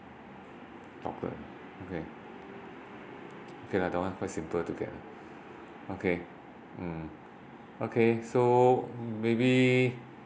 chocolate okay okay lah that one quite simple to get okay mm okay so maybe